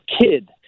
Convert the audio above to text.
kid